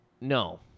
No